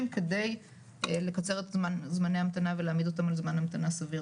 כדי לקצר את זמני ההמתנה ולהעמיד אותם על זמן המתנה סביר.